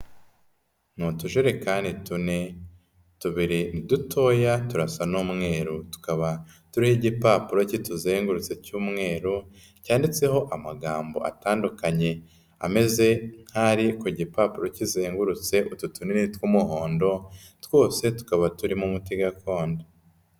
Ni utujerekani tune, tubiri dutoya turasa n'umweru. Tukaba turiho igipapuro kituzengurutse cy'umweru, cyanditseho amagambo atandukanye ameze nk'ari ku gipapuro kizengurutse utu tunini tw'umuhondo, twose tukaba turimo umuti gakondo.